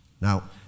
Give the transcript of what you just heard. Now